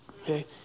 Okay